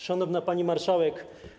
Szanowna Pani Marszałek!